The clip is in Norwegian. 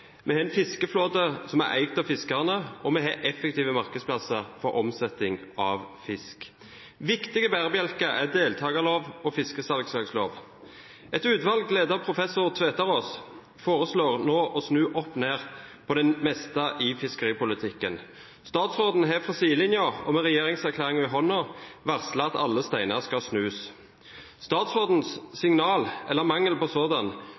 en fiskeflåte som er eid av fiskerne, og vi har effektive markedsplasser for omsetning av fisk. Viktige bærebjelker er deltakerlov og fiskesalgslagslov. Et utvalg ledet av professor Tveterås foreslår nå å snu opp ned på det meste i fiskeripolitikken. Statsråden har fra sidelinjen og med regjeringserklæringen i hånden varslet at alle steiner skal snus. Statsrådens signal, eller mangel på